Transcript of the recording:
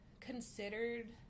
considered